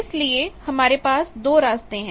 इसलिए हमारे पास दो रास्ते हैं